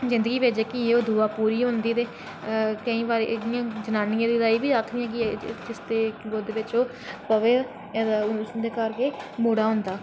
जिंदी एह् दुआ पूरी होंदी ते कईं बारी इंया जनानियें ताहीं बी आखदे न कि जिसदी गोदी बिच ओह् पवै ते उंदे घर केह् मुड़ा होंदा